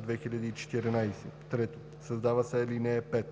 910/2014.“ 3. Създава се ал. 5: